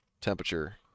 temperature